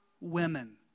women